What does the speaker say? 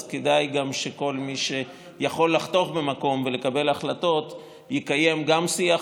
אז כדאי שכל מי שיכול לחתוך במקום ולקבל החלטות יקיים גם שיח